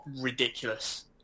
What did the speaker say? ridiculous